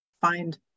find